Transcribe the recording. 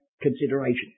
consideration